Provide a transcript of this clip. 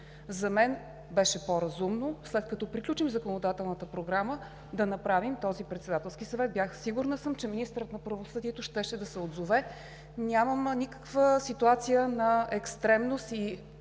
За мен беше по-разумно, след като приключим законодателната програма, да направим този Председателски съвет. Сигурна съм, че министърът на правосъдието щеше да се отзове. Няма никаква ситуация на екстремност и